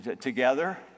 together